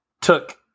took